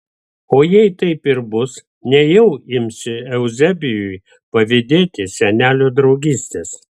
o jei taip ir bus nejau imsi euzebijui pavydėti senelio draugystės